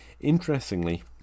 Interestingly